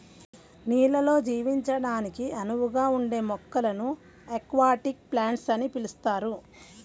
నీళ్ళల్లో జీవించడానికి అనువుగా ఉండే మొక్కలను అక్వాటిక్ ప్లాంట్స్ అని పిలుస్తారు